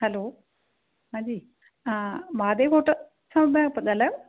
hello हांजी हा Mahadev hotel छा मां था ॻाल्हायो